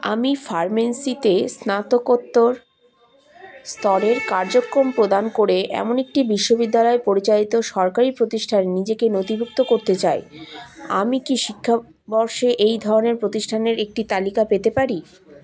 আমি ফার্মেসিতে স্নাতকোত্তর স্তরের কার্যক্রম প্রদান করে এমন একটি বিশ্ববিদ্যালয় পরিচায়িত সরকারি প্রতিষ্ঠান নিজেকে নথিভুক্ত করতে চাই আমি কি শিক্ষাবর্ষে এই ধরনের প্রতিষ্ঠানের একটি তালিকা পেতে পারি